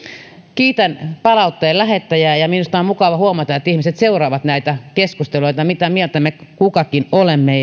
kiitän palautteen lähettäjää ja minusta on mukava huomata että ihmiset seuraavat näitä keskusteluita mitä mieltä me kukakin olemme